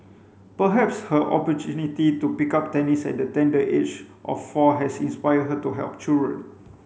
perhaps her opportunity to pick up tennis at the tender age of four has inspired her to help children